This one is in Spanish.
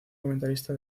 comentarista